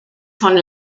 von